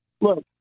Look